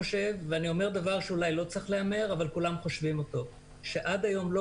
ואני אומר דבר שאולי לא צריך להיאמר אך כולם חושבים אותו עד היום לא